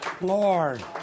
Lord